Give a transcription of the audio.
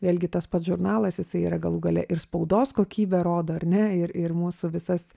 vėlgi tas pats žurnalas jisai yra galų gale ir spaudos kokybę rodo ar ne ir ir mūsų visas